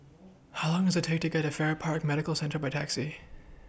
How Long Does IT Take to get Farrer Park Medical Centre By Taxi